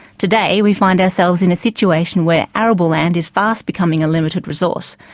today, we find ourselves in a situation where arable land is fast becoming a limited resource.